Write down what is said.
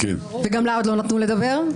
וגם לה עוד לא נתנו לדבר,